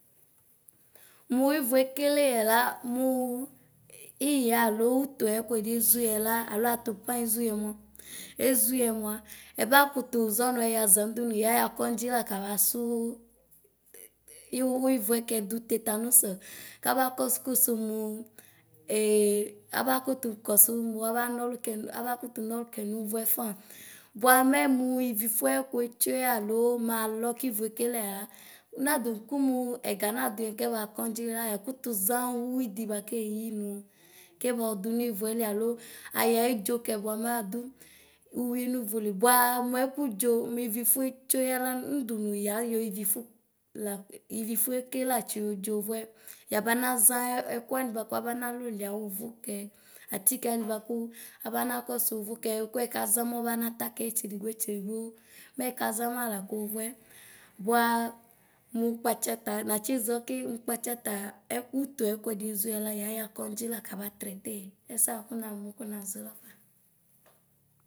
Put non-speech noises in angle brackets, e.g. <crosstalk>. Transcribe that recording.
Mʋ ivʋ ekele yɛla mʋ iɣa alo ʋtʋ ayɛkʋɛdi ezʋyɛla alo atupa ezʋyɛ mʋa ɛkʋtʋ zɔmʋɛyaza nʋ ʋdʋnʋ yaxa kɛndʒi la kabasʋ wvʋ ivʋɛkɛ dʋ tetanos kaba kɔsʋ kʋsʋmʋ <hesitation> aba kʋtʋ kɔsʋ nʋ abana ɔlʋ kɛ abakʋtʋ nɔlʋ kɛ nʋ ʋvʋɛ fa bʋa mɛ mʋ wifʋɛkʋ etsʋyɛ alo malɔ kivo ekeleyɛ lanadʋ kʋmʋ ɛganaduyɛ kɛbaxa kɔndzi la yakʋtʋza ʋwidi bʋakeyi nʋ kɛbɔ dunivʋɛli alʋ edzo kɛ bʋamɛ adʋ ʋvi nʋvʋli bʋamʋ ɛkʋ dʒo mʋ iviƒʋ ɛtsueyɛ la mɛ nadʋnʋ yayɔ ivifʋ la ivifʋ ekela tsiyodzo vʋɛ yabanaʒa ɛkʋ wani bʋaka bana lʋluia ʋvʋkɛ atike wani bʋakʋ abana kɔsʋ ʋvʋkɛ kʋ ekazamʋ abanata etsedigbo etsedigbo mɛkaza mala kʋvʋɛ bʋa mʋ kpatsata natsiʒɔ ke mʋ kpatsata ɛkʋ ʋtʋ ayɛkʋɛdi ezʋ yɛ ta yaxa kɔndʒi kaba trɛte yɛ ɛsɛ namʋ kʋnaʒɔ laƒa.